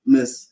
Miss